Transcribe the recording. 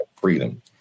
freedom